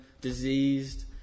diseased